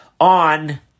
on